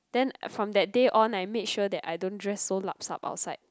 then from that day on I made sure that I don't dress so lup sup outside